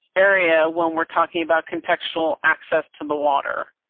area when we're talking about contextual access to the water.